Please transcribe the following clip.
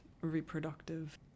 reproductive